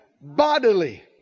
bodily